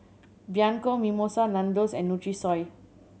Bianco Mimosa Nandos and Nutrisoy